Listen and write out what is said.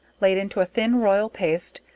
laid into a thin royal paste,